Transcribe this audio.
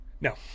No